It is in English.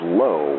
low